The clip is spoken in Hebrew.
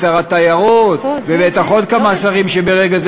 ושר התיירות,